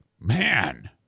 man